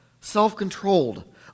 self-controlled